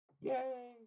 yay